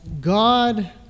God